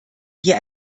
hier